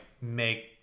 make